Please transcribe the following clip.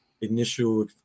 initial